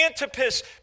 Antipas